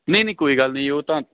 ਨਹੀਂ ਨਹੀਂ ਕੋਈ ਗੱਲ ਨਹੀਂ ਜੀ ਉਹ ਤਾਂ